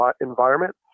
environment